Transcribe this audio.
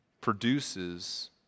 produces